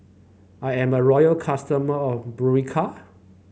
I am a loyal customer of Berocca